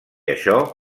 això